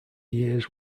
years